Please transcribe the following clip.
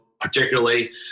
particularly